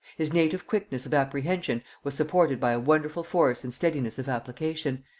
his native quickness of apprehension was supported by a wonderful force and steadiness of application,